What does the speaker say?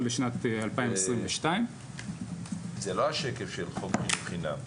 לשנת 2022. זה לא השקף של חוק חינוך חינם,